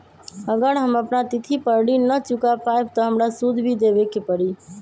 अगर हम अपना तिथि पर ऋण न चुका पायेबे त हमरा सूद भी देबे के परि?